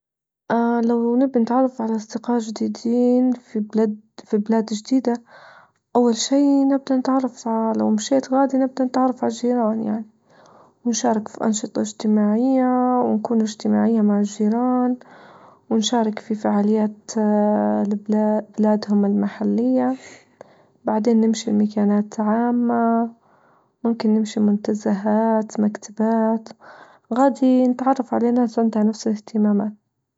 اه لو نبي نتعرف على أصدقاء جديدين في بلاد في بلاد جديدة، أول شي نبدأ نتعرف اه لو مشيت غادي نبدأ نتعرف على الجيران يعني، ونشارك في أنشطة إجتماعية ونكون إجتماعية مع الجيران، ونشارك في فعاليات اه لبلا بلادهم المحلية، بعدين نمشي لمكانات عامة ممكن نمشي منتزهات مكتبات غادي نتعرف علي ناس عندها نفس الإهتمامات.